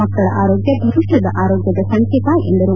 ಮಕ್ಕ ಳ ಆರೋಗ್ಯ ಭವಿಷ್ಯದ ಆರೋಗ್ಯದ ಸಂಕೇತ ಎಂದರು